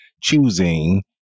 choosing